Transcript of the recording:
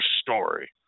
story